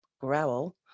growl